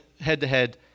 head-to-head